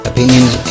Opinions